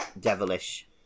devilish